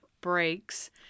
breaks